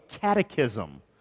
catechism